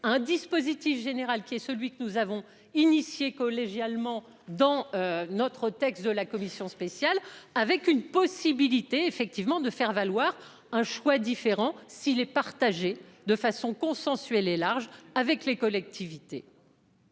un dispositif général qui est celui que nous avons initiée collégialement dans notre texte de la commission spéciale avec une possibilité effectivement de faire valoir un choix différent s'est partagé de façon consensuelle et large avec les collectivités.